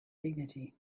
dignity